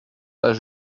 pas